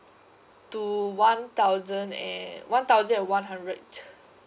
to one thousand and one thousand and one hundred